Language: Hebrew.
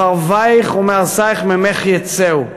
מחריבייך ומהרסייך ממך יצאו.